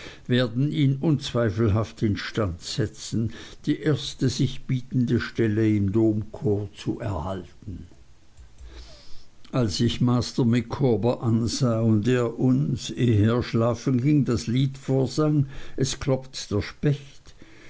werden ihn unzweifelhaft instand setzen die erste sich bietende stelle im domchor zu erhalten als ich master micawber ansah und er uns ehe er schlafen ging das lied vorsang es klopft der specht